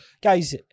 guys